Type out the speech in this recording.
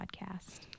podcast